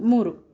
ಮೂರು